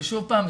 ושוב פעם,